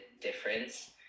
difference